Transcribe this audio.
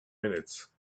minutes